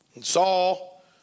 Saul